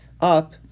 up